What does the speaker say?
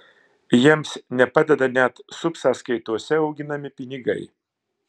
jiems nepadeda net subsąskaitose auginami pinigai